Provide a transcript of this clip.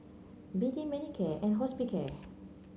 B D Manicare and Hospicare